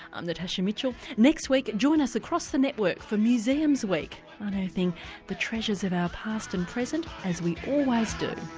i'm natasha mitchell next week join us across the network for museums' week unearthing the treasures of our past and present as we always do